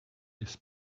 his